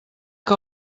que